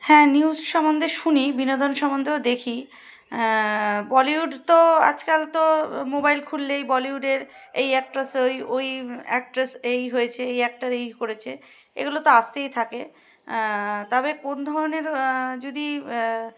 হ্যাঁ নিউজ সম্বন্ধে শুনি বিনোদন সম্বন্ধেও দেখি বলিউড তো আজকাল তো মোবাইল খুললেই বলিউডের এই অ্যাক্ট্রেস ওই ওই অ্যাক্ট্রেস এই হয়েছে এই অ্যাক্টার এই করেছে এগুলো তো আসতেই থাকে তবে কোন ধরনের যদি